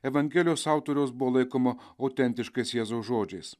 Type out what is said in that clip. evangelijos autoriaus buvo laikoma autentiškais jėzaus žodžiais